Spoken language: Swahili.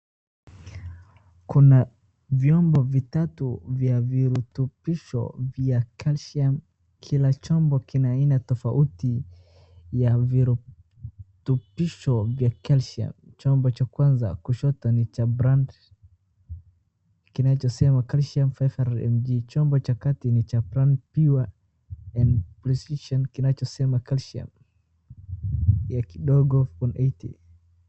Kuna vyombo vitatu vya virutubisho, vya calcium kila chombo kina aina tofauti ya virutubisho vya calcium , chombo cha kwanza kusoto ni cha brand kinachosema calcium five hundred mg , chombo cha kati ni cha brand pure and prescription kinachosema calcium ya kidogo four eighty .